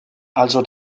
also